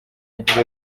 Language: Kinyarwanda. yagize